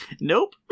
Nope